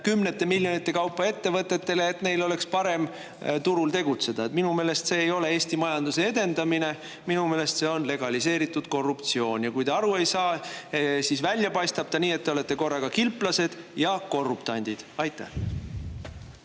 kümnete miljonite eurode kaupa ettevõtetele, et neil oleks parem turul tegutseda. Minu meelest see ei ole Eesti majanduse edendamine, minu meelest see on legaliseeritud korruptsioon. Ja kui te aru ei saa, siis välja paistab ta selline, et te olete korraga kilplased ja korruptandid. Aitäh!